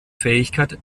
fähigkeit